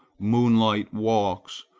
moonlight walks,